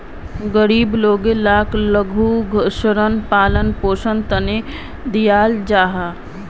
गरीब लोग लाक लघु ऋण पालन पोषनेर तने दियाल जाहा